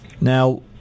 Now